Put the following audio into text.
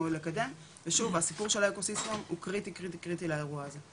לקדם ושוב הסיפור של האקוסיסטמות הוא קריטי קריטי לאירוע הזה.